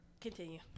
continue